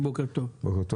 בוקר טוב.